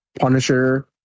Punisher